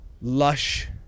lush